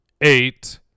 eight